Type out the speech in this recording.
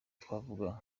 twavuga